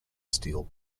steel